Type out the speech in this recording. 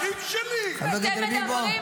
אחים שלך לא נמצאים בצבא.